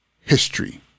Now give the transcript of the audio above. history